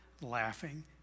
laughing